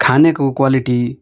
खानेको क्वालिटी